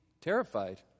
terrified